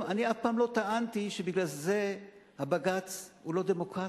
אני אף פעם לא טענתי שבגלל זה הבג"ץ הוא לא דמוקרטי.